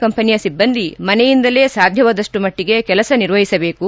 ಕಂಪನಿಯ ಸಿಬ್ಬಂದಿ ಮನೆಯಿಂದಲೇ ಸಾಧ್ಯವಾದಷ್ಟು ಮಟ್ಟಿಗೆ ಕೆಲಸ ನಿರ್ವಹಿಸಬೇಕು